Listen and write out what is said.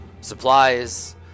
supplies